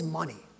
money